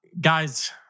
guys